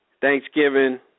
Thanksgiving